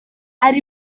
ari